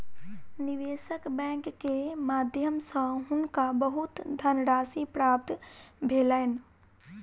निवेशक बैंक के माध्यम सॅ हुनका बहुत धनराशि प्राप्त भेलैन